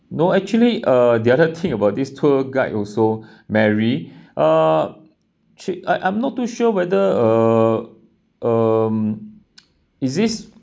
no actually uh the other thing about this tour guide also mary uh actually I~ I'm not too sure whether uh um is this